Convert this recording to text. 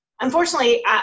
Unfortunately